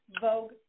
Vogue